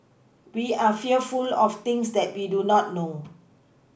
we are fearful of things that we do not know